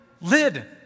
lid